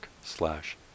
slash